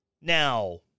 Now